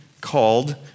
called